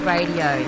Radio